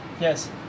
yes